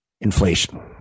inflation